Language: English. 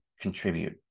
contribute